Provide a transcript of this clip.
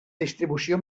distribució